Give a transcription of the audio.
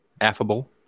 affable